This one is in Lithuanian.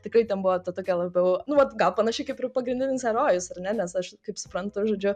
tikrai ten buvo ta tokia labiau nu vat gal panašiai kaip ir pagrindinis herojus ar ne nes aš kaip suprantu žodžiu